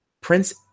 Prince